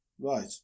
right